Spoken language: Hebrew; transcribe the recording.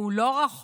והוא לא רחוק,